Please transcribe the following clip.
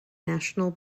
national